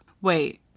wait